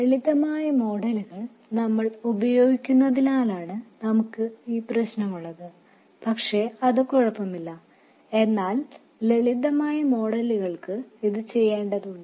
ലളിതമായ മോഡലുകൾ നമ്മൾ ഉപയോഗിക്കുന്നതിനാലാണ് നമുക്ക് ഈ പ്രശ്നമുള്ളത് പക്ഷേ അത് കുഴപ്പമില്ല എന്നാൽ ലളിതമായ മോഡലുകൾക്ക് ഇത് ചെയ്യേണ്ടതുണ്ട്